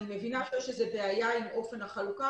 אני מבינה שיש איזה בעיה עם אופן החלוקה,